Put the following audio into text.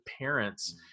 parents